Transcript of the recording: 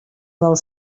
del